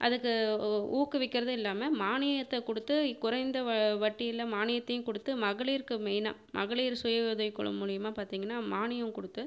அதுக்கு ஊக்குவிக்கிறதும் இல்லாமல் மானியத்தை கொடுத்து குறைந்த வ வட்டியில் மானியத்தையும் கொடுத்து மகளிருக்கு மெயின்னாக மகளிர் சுய உதவி குழு மூலயமா பார்த்தீங்கன்னா மானியம் கொடுத்து